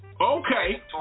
Okay